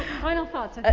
final thoughts? ah